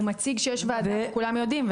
אבל הוא מציג שיש ועדה שכולם יודעים,